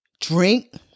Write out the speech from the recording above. drink